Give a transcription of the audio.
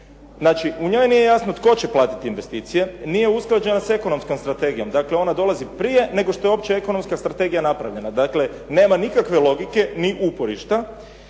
Znači u njoj nije jasno tko će platiti investicije, nije usklađena s ekonomskom strategijom. Dakle, ona dolazi prije nego što je uopće ekonomska strategija napravljena. Dakle, nema nikakve logike ni uporišta.